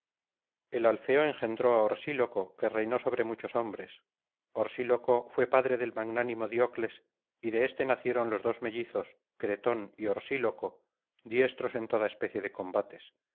el alfeo engendró á orsíloco que reinó sobre muchos hombres orsíloco fué padre del magnánimo diocles y de éste nacieron los dos mellizos cretón y orsíloco diestros en toda especie de combates